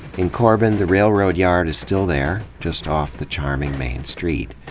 in corbin the railroad yard is still there, just off the charming main street.